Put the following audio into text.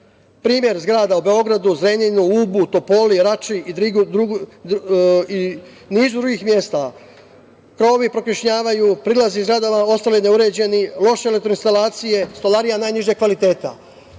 Primer, zgrada u Beogradu, Zrenjaninu, Ubu, Topoli, Rači i nizu drugih mesta, krovovi prokišnjavaju, prilazi zgradama ostali neuređeni, loše elektroinstalacije, stolarija najnižeg kvaliteta. Apelovao